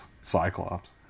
Cyclops